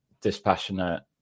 dispassionate